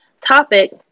topic